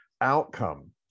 outcome